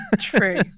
True